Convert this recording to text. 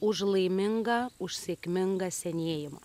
už laimingą už sėkmingą senėjimą